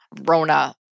Rona